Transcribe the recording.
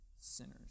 sinners